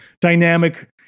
dynamic